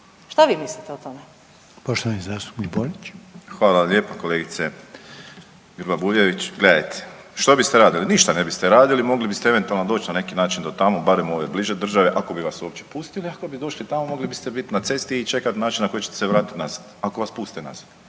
Šta vi mislite o tome?